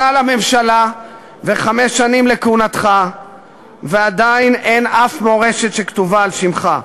שנה לממשלה וחמש שנים לכהונתך ועדיין אין אף מורשת שכתובה על שמך.